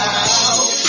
out